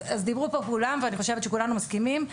אז דיברו פה כולם, אני חושבת שכולנו מסכימים,